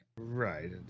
Right